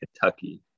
Kentucky